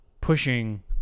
pushing